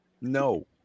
No